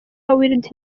wilde